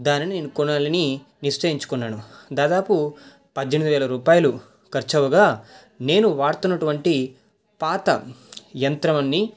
దానిని నేను కొనాలని నిశ్చయించుకున్నాను దాదాపు పద్దెనిమిది వేల రూపాయలు ఖర్చు అవగా నేను వాడుతున్నటువంటి పాత యంత్రాన్ని